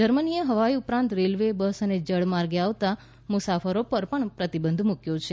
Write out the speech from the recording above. જર્મનીએ હવાઈ ઉપરાંત રેલવે બસ અને જળ માર્ગે આવતા મુસાફરો પર પણ પ્રતિબંધ મુક્યો છે